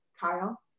Kyle